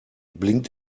blinkt